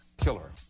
killer